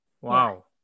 Wow